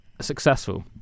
successful